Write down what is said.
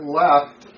left